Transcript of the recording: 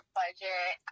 budget